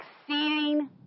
exceeding